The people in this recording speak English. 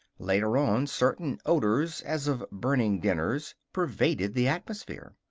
later on certain odors, as of burning dinners, pervaded the atmosphere.